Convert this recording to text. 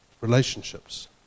Relationships